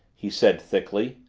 he said thickly.